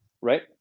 right